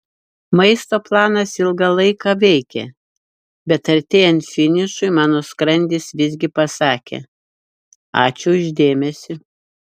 maisto planas ilgą laiką veikė bet artėjant finišui mano skrandis visgi pasakė ačiū už dėmesį